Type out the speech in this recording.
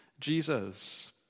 Jesus